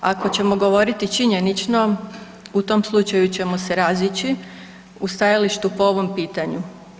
Ako ćemo govoriti činjenično u tom slučaju ćemo se razići u stajalištu po ovom pitanju.